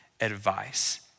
advice